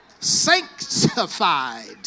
Sanctified